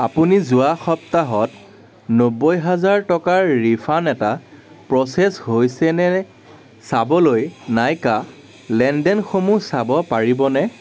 আপুনি যোৱা সপ্তাহত নব্বৈ হাজাৰ টকাৰ ৰিফাণ্ড এটা প্ৰ'চেছ হৈছে নে চাবলৈ নাইকা লেনদেনসমূহ চাব পাৰিবনে